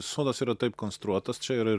sodas yra taip konstruotas čia yra